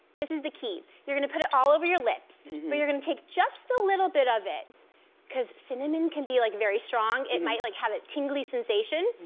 this is the key. you're gonna put it all over your lips, but you're gonna take just a little bit of it cause cinnamon can be like very strong. it might like have a tingling sensation,